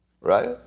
Right